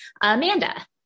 Amanda